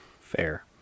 Fair